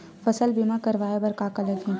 फसल बीमा करवाय बर का का लगही?